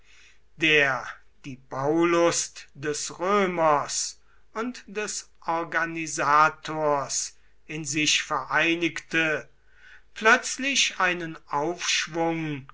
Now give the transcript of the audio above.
der die baulust des römers und des organisators in sich vereinigte plötzlich einen aufschwung